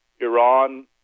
Iran